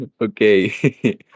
Okay